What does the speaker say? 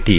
T